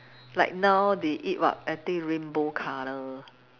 like now they eat what I think rainbow colour